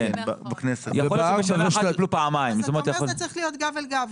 אתה אומר שזה צריך להיות גב אל גב.